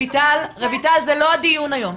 זה לא הדיון היום.